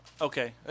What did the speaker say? Okay